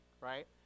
right